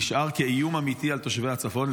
נשאר כאיום אמיתי על תושבי הצפון,